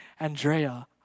Andrea